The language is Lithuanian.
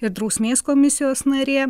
ir drausmės komisijos narė